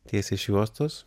tiesiai iš juostos